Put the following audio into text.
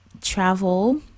travel